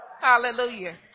Hallelujah